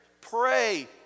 Pray